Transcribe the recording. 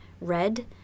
red